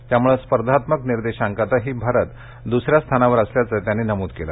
त्यामुळे स्पर्धात्मक निर्देशांकातही भारत दुसऱ्या स्थानावर असल्याचं त्यांनी नमूद केलं